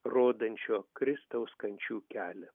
rodančio kristaus kančių kelią